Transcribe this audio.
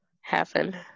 happen